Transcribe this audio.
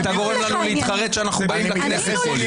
אתה גורם לנו להתחרט שאנחנו באים לכנסת כל יום.